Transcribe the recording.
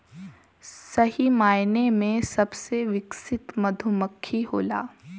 सही मायने में सबसे विकसित मधुमक्खी होला